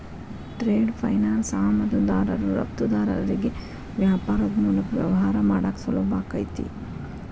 trade finance ಆಮದುದಾರರು ರಫ್ತುದಾರರಿಗಿ ವ್ಯಾಪಾರದ್ ಮೂಲಕ ವ್ಯವಹಾರ ಮಾಡಾಕ ಸುಲಭಾಕೈತಿ